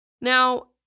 now